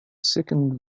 second